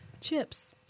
Chips